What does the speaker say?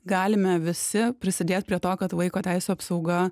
galime visi prisidėt prie to kad vaiko teisių apsauga